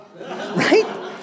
right